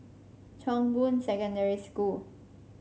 Chong Boon Secondary School